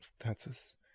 status